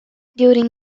during